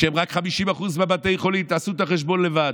כשהם רק 50% מבתי החולים, תעשו את החשבון לבד.